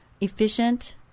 efficient